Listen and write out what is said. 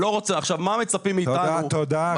אני